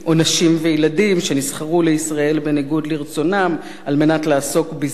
וילדים שנסחרו לישראל בניגוד לרצונם על מנת לעסוק בזנות.